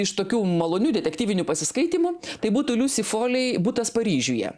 iš tokių malonių detektyvinių pasiskaitymų tai būtų liusi folei butas paryžiuje